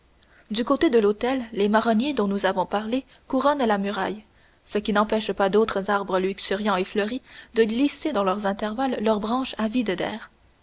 du côté de l'hôtel les marronniers dont nous avons parlé couronnent la muraille ce qui n'empêche pas d'autres arbres luxuriants et fleuris de glisser dans leurs intervalles leurs branches avides d'air